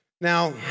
Now